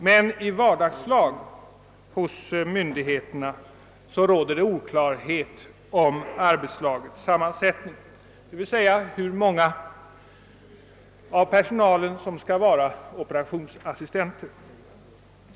Men i vardagslag råder det oklarhet hos myndigheterna om arbetslagets sammansättning, d.v.s. hur många av personalen som skall vara operationsassistenter.